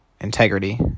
integrity